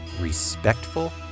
respectful